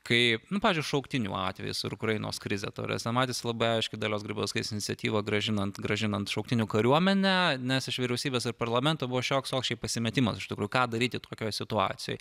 kai pavyzdžiui šauktinių atvejis ir ukrainos krizė ta prasme matėsi labai aiški dalios grybauskaitės iniciatyva grąžinant grąžinant šauktinių kariuomenę nes iš vyriausybės ir parlamento buvo šioks toks šiaip pasimetimas iš tikrųjų ką daryti tokioj situacijoj